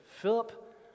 Philip